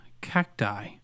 cacti